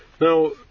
Now